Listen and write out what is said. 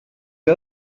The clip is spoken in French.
les